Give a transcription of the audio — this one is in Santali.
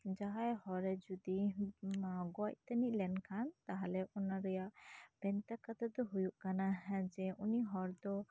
ᱡᱟᱦᱟᱸᱭ ᱦᱚᱲ ᱡᱩᱫᱤ ᱜᱚᱡ ᱛᱟᱱᱤᱡ ᱞᱮᱱ ᱠᱷᱟᱱ ᱛᱟᱦᱞᱮ ᱚᱱᱟ ᱨᱮᱭᱟᱜ ᱵᱷᱮᱱᱛᱟ ᱠᱟᱛᱷᱟ ᱫᱚ ᱦᱩᱭᱩᱜ ᱠᱟᱱᱟ ᱡᱮ ᱩᱱᱤ ᱦᱚᱲ ᱫᱚ